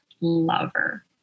lover